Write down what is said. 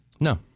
No